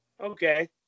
okay